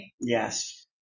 Yes